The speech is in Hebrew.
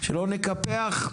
שלא נקפח.